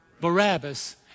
Barabbas